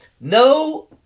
No